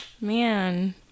Man